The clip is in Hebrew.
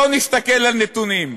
בוא נסתכל על נתונים: